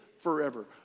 forever